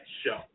show